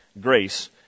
Grace